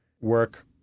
work